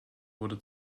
wurde